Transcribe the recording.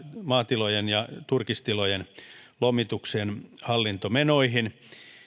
maatilojen ja turkistilojen lomituksen hallintomenoihin